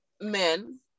men